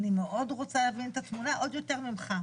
אני מאוד רוצה להבין את התמונה, עוד יותר ממך.